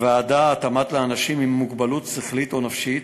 והעדה (התאמה לאנשים עם מוגבלות שכלית או נפשית),